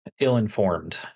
ill-informed